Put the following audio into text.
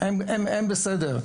הן בסדר.